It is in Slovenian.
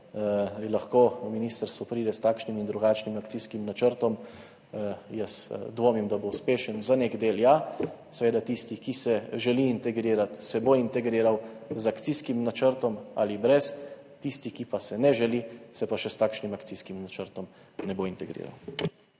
Lahko ministrstvo pride s takšnim in drugačnim akcijskim načrtom, jaz dvomim, da bo uspešen, za nek del ja, seveda tisti, ki se želi integrirati, se bo integriral, z akcijskim načrtom ali brez, tisti, ki pa se ne želi, se pa še s takšnim akcijskim načrtom ne bo integriral.